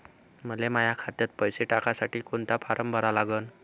मले माह्या खात्यात पैसे टाकासाठी कोंता फारम भरा लागन?